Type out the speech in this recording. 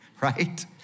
Right